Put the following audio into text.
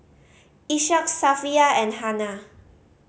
Ishak Safiya and Hana